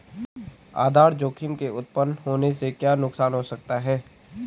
आधार जोखिम के उत्तपन होने से क्या नुकसान हो सकता है?